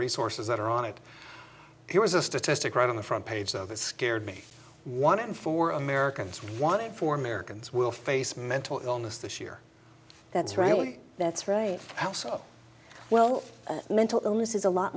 resources that are on it here's a statistic right on the front page of that scared me one in four americans wanted for americans will face mental illness this year that's right that's right also well mental illness is a lot